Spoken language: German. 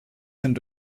sind